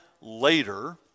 later